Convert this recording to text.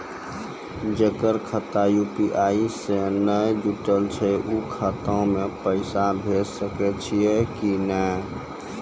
जेकर खाता यु.पी.आई से नैय जुटल छै उ खाता मे पैसा भेज सकै छियै कि नै?